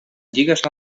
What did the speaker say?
lligues